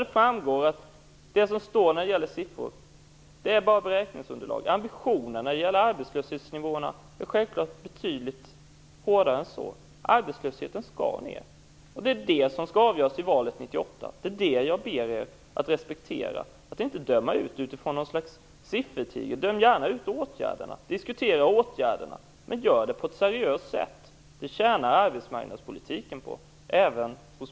Där framgår att siffrorna bara utgör ett beräkningsunderlag. Ambitionerna beträffande arbetslöshetsnivån är självfallet betydligt större än så. Arbetslösheten skall ner. Det är det som skall avgöras vid valet 1998. Det är det jag ber er att respektera och att inte döma ut med utgångspunkt från några siffror. Döm gärna ut åtgärderna. Diskutera åtgärderna, men gör det på ett seriöst sätt. Det tjänar arbetsmarknadspolitiken på, även hos